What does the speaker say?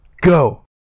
go